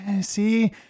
see